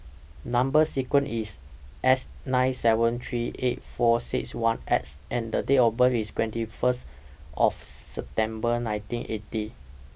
Number sequence IS S nine seven three eight four six one X and The Date of birth IS twenty First of September nineteen eighty